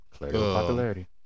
Popularity